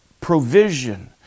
provision